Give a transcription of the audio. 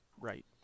right